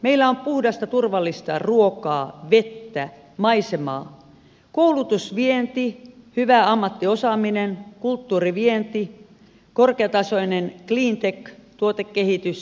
meillä on puhdasta turvallista ruokaa vettä maisemaa koulutusvienti hyvä ammattiosaaminen kulttuurivienti korkeatasoinen cleantech tuotekehitys